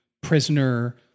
prisoner